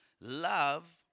Love